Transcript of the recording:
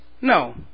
no